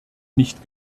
nicht